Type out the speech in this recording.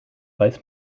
weiß